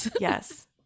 Yes